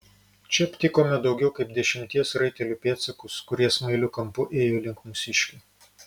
čia aptikome daugiau kaip dešimties raitelių pėdsakus kurie smailiu kampu ėjo link mūsiškių